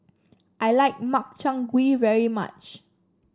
I like Makchang Gui very much